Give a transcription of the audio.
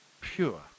pure